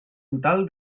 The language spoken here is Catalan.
total